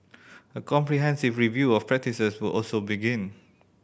a comprehensive review of practices would also begin